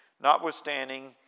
notwithstanding